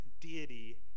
deity